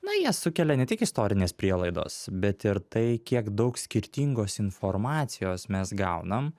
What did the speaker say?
na ją sukelia ne tik istorinės prielaidos bet ir tai kiek daug skirtingos informacijos mes gaunam